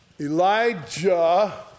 Elijah